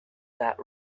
that